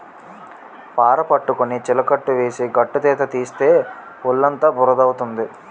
పార పట్టుకొని చిలకట్టు వేసి గట్టుతీత తీస్తే ఒళ్ళుఅంతా బురద అవుతుంది